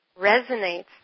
resonates